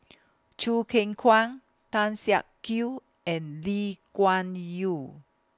Choo Keng Kwang Tan Siak Kew and Lee Kuan Yew